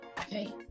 Okay